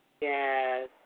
Yes